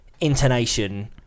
intonation